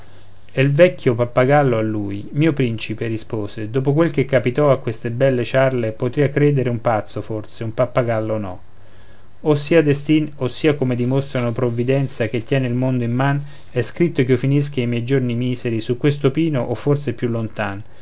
e il vecchio pappagallo a lui mio principe rispose dopo quel che capitò a queste belle ciarle potria credere un pazzo forse un pappagallo no o sia destin o sia come dimostrano provvidenza che tiene il mondo in man è scritto ch'io finisca i giorni miseri su questo pino o forse più lontan